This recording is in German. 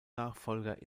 nachfolger